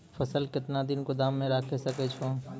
फसल केतना दिन गोदाम मे राखै सकै छौ?